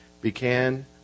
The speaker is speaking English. began